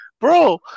Bro